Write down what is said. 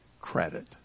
credit